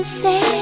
say